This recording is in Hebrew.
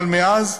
אבל מאז,